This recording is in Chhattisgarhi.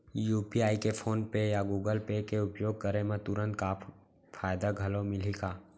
यू.पी.आई के फोन पे या गूगल पे के उपयोग करे म तुरंत फायदा घलो मिलही का?